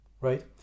right